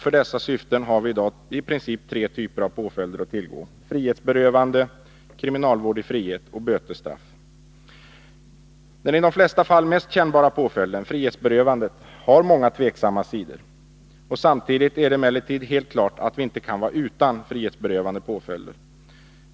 För dessa syften har vi i dag i princip tre typer av påföljder att tillgå: frihetsberövande, kriminalvård i frihet och bötesstraff. Deni de flesta fall mest kännbara påföljden, frihetsberövandet, har många tveksamma sidor. Samtidigt är det emellertid helt klart att vi inte kan vara utan frihetsberövande påföljder.